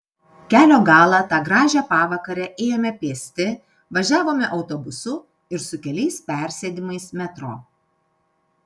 kelio galą tą gražią pavakarę ėjome pėsti važiavome autobusu ir su keliais persėdimais metro